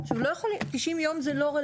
עכשיו לא יכול, 90 יום זה לא רלוונטי.